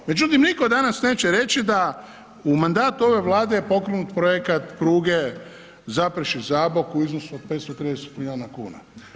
Međutim, nitko danas neće reći da u mandatu ove Vlade je pokrenut projekat pruge Zaprešić-Zabok u iznosu od 530 milijuna kuna.